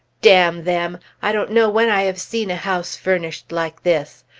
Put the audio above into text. damn them! i don't know when i have seen a house furnished like this!